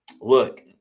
Look